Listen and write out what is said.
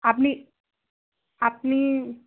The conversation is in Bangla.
আপনি আপনি